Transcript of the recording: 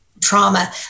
trauma